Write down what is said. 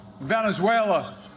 Venezuela